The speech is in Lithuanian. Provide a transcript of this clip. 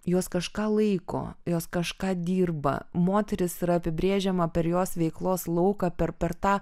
jos kažką laiko jos kažką dirba moteris yra apibrėžiama per jos veiklos lauką per per tą